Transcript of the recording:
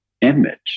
image